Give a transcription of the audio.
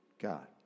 God